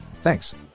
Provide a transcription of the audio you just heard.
Thanks